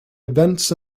events